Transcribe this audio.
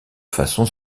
façon